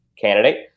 candidate